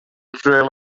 trail